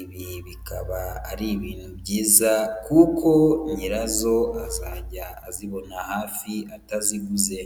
Ibi bikaba ari ibintu byiza kuko nyirazo azajya azibona hafi ataziguze.